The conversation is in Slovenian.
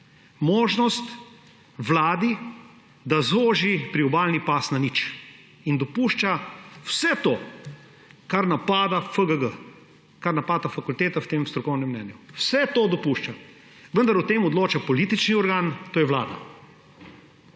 možnost vladi, da zoži priobalni pas na nič in dopušča vse to, kar napada FGG, kar napada fakulteta v tem strokovnem mnenju. Vse to dopušča. Vendar o tem odloča politični organ, to je vlada.